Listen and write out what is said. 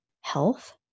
health